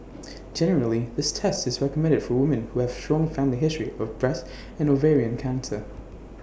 generally this test is recommended for women who have A strong family history of breast and ovarian cancer